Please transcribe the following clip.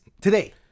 today